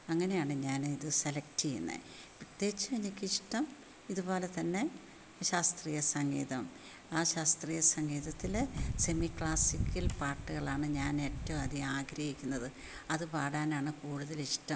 അങ്ങനെയാണ് ഞാൻ ഇത് സെലക്റ്റ് ചെയ്യുന്നത് പ്രത്യേകിച്ചു എനിക്ക് ഇഷ്ടം ഇതുപോലെ തന്നെ ശാസ്ത്രീയ സംഗീതം ആ ശാസ്ത്രീയ സംഗീതത്തിൽ സെമി ക്ലാസിക്കൽ പാട്ടുകളാണ് ഞാൻ ഏറ്റവും അധികം ആഗ്രഹിക്കുന്നത് അത് പാടാനാണ് കൂടുതൽ ഇഷ്ടം